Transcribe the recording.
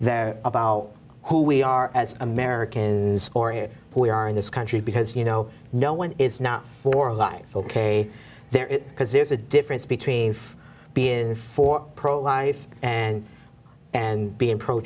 there about who we are as americans or here we are in this country because you know no one is not for a life ok there is because there's a difference between being for pro life and and being pro